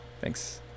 thanks